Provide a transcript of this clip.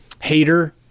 hater